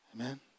Amen